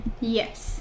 Yes